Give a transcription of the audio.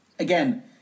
Again